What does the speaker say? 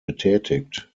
betätigt